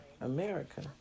America